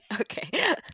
Okay